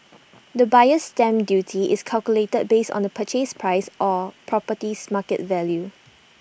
the buyer's stamp duty is calculated based on the purchase price or property's market value